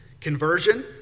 Conversion